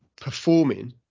performing